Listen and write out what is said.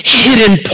hidden